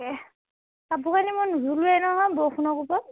তাকে কাপোৰ কানি মই নুধোলোৱেই নহয় বৰষুণৰ কোবত